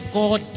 god